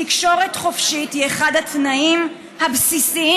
תקשורת חופשית היא אחד התנאים הבסיסיים